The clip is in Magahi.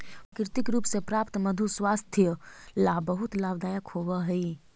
प्राकृतिक रूप से प्राप्त मधु स्वास्थ्य ला बहुत लाभदायक होवअ हई